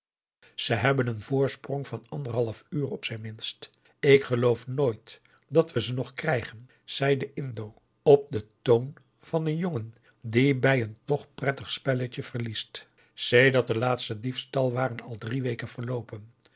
ze hebben een voorsprong van anderhalf uur op zijn minst ik geloof nooit dat we ze nog krijgen zei de indo op den toon van een augusta de wit orpheus in de dessa jongen die bij een tch prettig spelletje verliest sedert den laatsten diefstal waren al drie weken verloopen